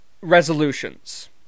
resolutions